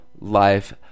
life